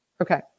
Okay